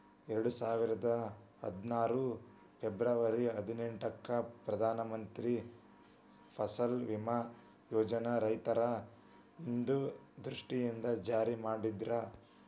ಎರಡುಸಾವಿರದ ಹದ್ನಾರು ಫೆಬರ್ವರಿ ಹದಿನೆಂಟಕ್ಕ ಪ್ರಧಾನ ಮಂತ್ರಿ ಫಸಲ್ ಬಿಮಾ ಯೋಜನನ ರೈತರ ಹಿತದೃಷ್ಟಿಯಿಂದ ಜಾರಿ ಮಾಡಿದ್ರು